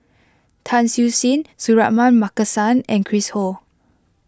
Tan Siew Sin Suratman Markasan and Chris Ho